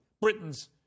Britain's